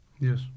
yes